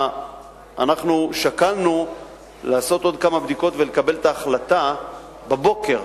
אנחנו שקלנו לעשות עוד כמה בדיקות ולקבל את ההחלטה בבוקר,